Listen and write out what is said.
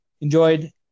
enjoyed